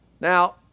Now